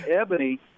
Ebony